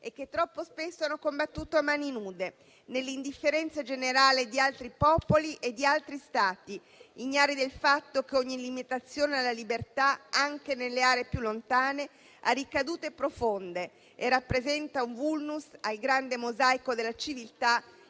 e che troppo spesso hanno combattuto a mani nude nell'indifferenza generale di altri popoli e di altri Stati, ignari del fatto che ogni limitazione alla libertà, anche nelle aree più lontane, ha ricadute profonde e rappresenta un *vulnus* al grande mosaico della civiltà